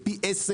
הם פי עשרה